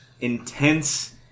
intense